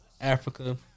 Africa